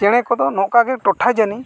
ᱪᱮᱬᱮ ᱠᱚᱫᱚ ᱱᱚᱝᱠᱟᱜᱮ ᱴᱚᱴᱷᱟ ᱡᱟᱱᱤ